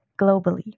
globally